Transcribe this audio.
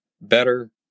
Better